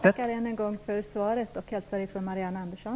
Herr talman! Jag tackar än en gång för svaret och hälsar från Marianne Andersson.